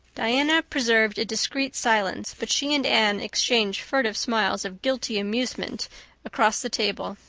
diana preserved a discreet silence, but she and anne exchanged furtive smiles of guilty amusement across the table.